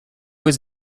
was